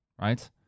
right